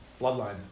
Bloodline